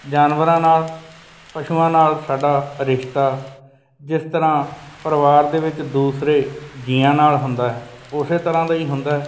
ਜਾਨਵਰਾਂ ਨਾਲ ਪਸ਼ੂਆਂ ਨਾਲ ਸਾਡਾ ਰਿਸ਼ਤਾ ਜਿਸ ਤਰ੍ਹਾਂ ਪਰਿਵਾਰ ਦੇ ਵਿੱਚ ਦੂਸਰੇ ਜੀਆਂ ਨਾਲ ਹੁੰਦਾ ਉਸੇ ਤਰ੍ਹਾਂ ਦਾ ਹੀ ਹੁੰਦਾ